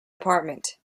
apartment